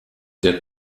der